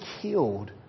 killed